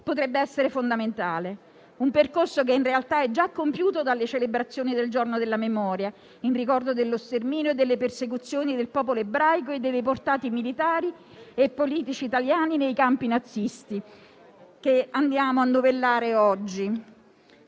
potrebbe essere fondamentale. Si tratta di un percorso, in realtà già compiuto dalle celebrazioni del Giorno della Memoria, in ricordo dello sterminio e delle persecuzioni del popolo ebraico e dei deportati militari e politici italiani nei campi nazisti, su cui oggi andiamo a novellare.